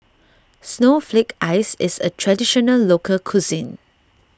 Snowflake Ice is a Traditional Local Cuisine